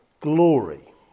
glory